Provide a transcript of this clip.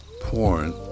porn